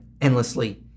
endlessly